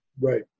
right